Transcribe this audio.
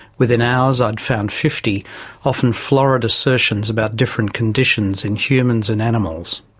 within hours i'd found fifty often florid assertions about different conditions in humans and animals.